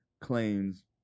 claims